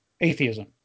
atheism